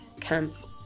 comes